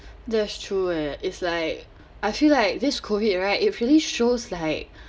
that's true eh it's like I feel like this COVID right it really shows like